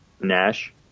Nash